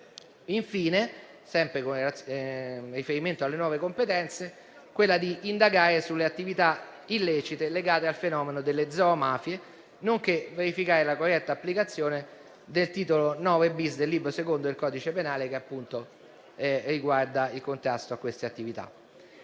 Infine, sempre con riferimento alle nuove competenze, vi è quella di indagare sulle attività illecite legate al fenomeno delle zoomafie, nonché di verificare la corretta applicazione del titolo IX-*bis* del libro secondo del codice penale, che appunto riguarda il contrasto a queste attività.